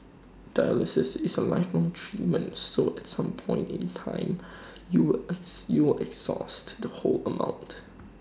dialysis is A lifelong treatment so at some point in time you will ex you will exhaust the whole amount